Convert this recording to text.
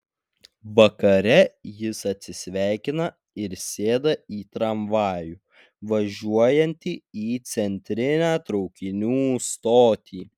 vakare jis atsisveikina ir sėda į tramvajų važiuojantį į centrinę traukinių stotį